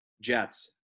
Jets